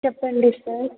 చెప్పండి సార్